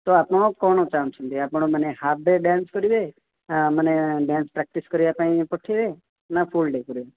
ତ ଆପଣ କ'ଣ ଚାହୁଁଛନ୍ତି ଆପଣମାନେ ହାପ୍ ଡେ ଡ୍ୟାନ୍ସ କରିବେ ନା ମାନେ ଡ୍ୟାନ୍ସ ପ୍ରାକ୍ଟିସ୍ କରିବା ପାଇଁ ପଠାଇବେ ନା ଫୁଲ୍ ଡେ କରିବେ